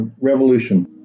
revolution